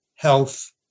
health